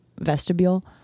vestibule